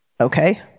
Okay